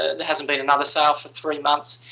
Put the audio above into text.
ah there hasn't been another sale for three months.